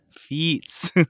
feats